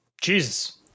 Jesus